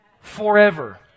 forever